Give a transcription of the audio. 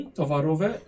towarowe